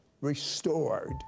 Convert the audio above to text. Restored